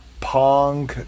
Pong